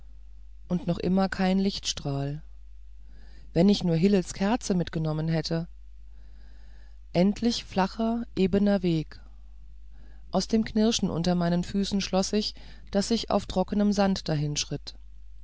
und noch immer kein lichtstrahl wenn ich nur hillels kerze mitgenommen hätte endlich flacher ebener weg aus dem knirschen unter meinen füßen schloß ich daß ich auf trockenem sand